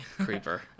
Creeper